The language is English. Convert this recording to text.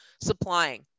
supplying